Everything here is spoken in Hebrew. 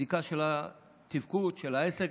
בדיקה של התפקוד של העסק,